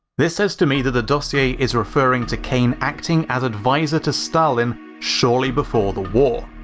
this says to me that the dossier is referring to kane acting as advisor to stalin shortly before the war.